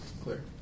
Clear